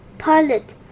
Pilot